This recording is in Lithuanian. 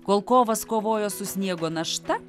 kol kovas kovojo su sniego našta